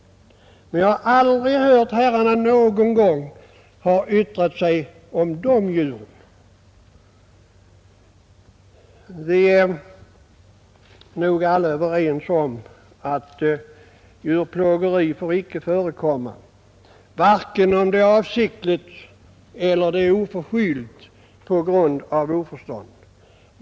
Men jag har aldrig hört att herrarna någon gång yttrat sig om de djuren. Vi är nog alla överens om att djurplågeri icke får förekomma vare sig det sker avsiktligt eller på grund av oförstånd.